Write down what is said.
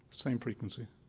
same frequency.